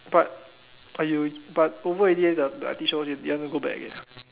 but ah you but over already the the I_T show you want to go back again